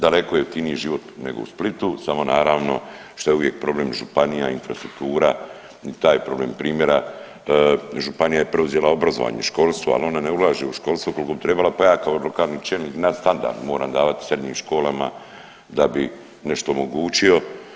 Daleko je jeftiniji život nego u Splitu, samo naravno što je uvijek problem županija, infrastruktura, taj problem primjera županija je preuzela obrazovanje, školstvo ali ona ne ulaže u školstvo koliko bi trebala, pa ja kao lokalni čelnik nadstandard moram davati srednjim školama da bi nešto omogućio.